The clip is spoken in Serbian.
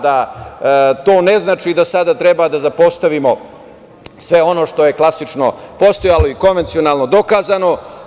To ne znači da sada treba da zapostavimo sve ono što je klasično postojalo i konvencionalno dokazano.